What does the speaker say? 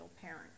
parent